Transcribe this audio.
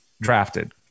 drafted